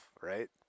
right